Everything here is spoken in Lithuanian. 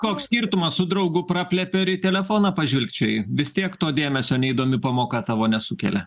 koks skirtumas su draugu praplepi ar į telefoną pažvilgčioji vis tiek to dėmesio neįdomi pamoka tavo nesukelia